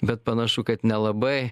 bet panašu kad nelabai